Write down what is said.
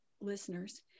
listeners